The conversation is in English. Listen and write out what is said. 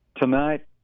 Tonight